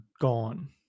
gone